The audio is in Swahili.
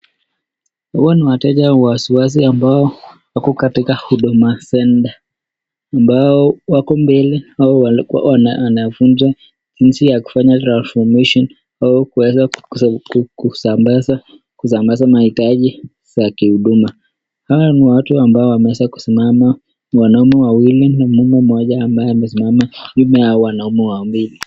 Hawa ni wateja wasiwasi ambao wako katika huduma center, ambao wako mbele, hao wanafunzwa jinsi ya kufanya [distribution]au kuweza kuzambaza mahitaji za kihuduma. Hawa ni watu ambao wameweza kusimama ni wanaume wawili na mama moja ambaye amesimama nyuma ya hao wanaume wawili.